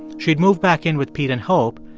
she'd moved back in with pete and hope,